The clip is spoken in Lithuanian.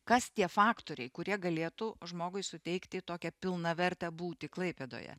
kas tie faktoriai kurie galėtų žmogui suteikti tokią pilnavertę būti klaipėdoje